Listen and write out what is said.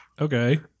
Okay